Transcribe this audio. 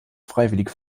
freiwillige